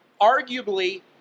arguably